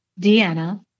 Deanna